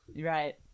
right